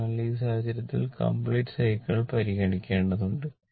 അതിനാൽ ഈ സാഹചര്യത്തിൽ കമ്പ്ലീറ്റ് സൈക്കിൾ പരിഗണിക്കേണ്ടതുണ്ട്